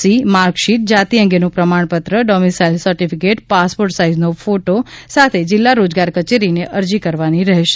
C marksheet જાતિ અંગેનું પ્રમાણ પત્ર ડોમીસાઈલ સર્ટીફીકેટ પાસપોર્ટ સાઈઝનો ફોટા સાથે જીલ્લા રોજગાર કચેરીને અરજી કરવાની રહેશે